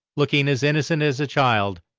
looking as innocent as a child,